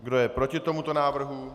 Kdo je proti tomuto návrhu?